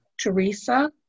Teresa